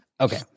Okay